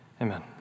Amen